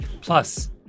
Plus